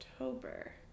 October